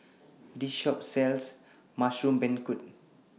This Shop sells Mushroom Beancurd